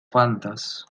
fantas